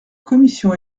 commission